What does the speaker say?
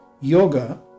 Yoga